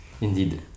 indeed